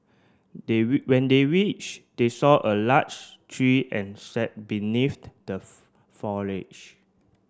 they when they reached they saw a large tree and sat beneath the the foliage